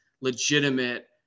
legitimate